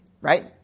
right